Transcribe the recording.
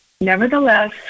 Nevertheless